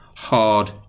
hard